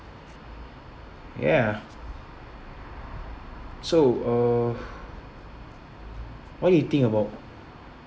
ya so uh what do you think about